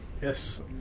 Yes